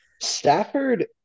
Stafford